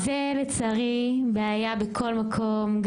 זו לצערי בעיה בכל מקום.